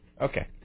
Okay